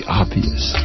obvious